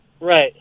Right